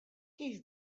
kif